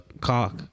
cock